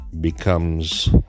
becomes